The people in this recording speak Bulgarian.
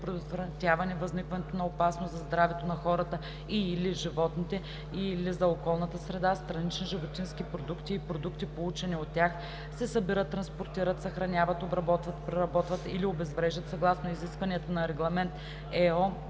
предотвратяване възникването на опасност за здравето на хората и/или животните, и/или за околната среда, странични животински продукти и продукти, получени от тях, се събират, транспортират, съхраняват, обработват, преработват или обезвреждат съгласно изискванията на Регламент (ЕО)